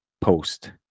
Post